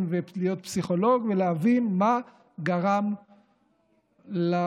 ולהיות פסיכולוג ולהבין מה גרם להתמהמהות,